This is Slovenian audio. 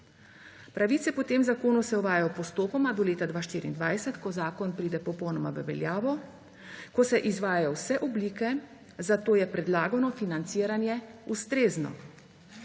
Pravice po tem zakonu se uvajajo postopoma do leta 2024, ko zakon pride popolnoma v veljavo, ko se izvajajo vse oblike. Zato je predlagano financiranje ustrezno.